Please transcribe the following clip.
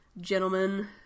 gentlemen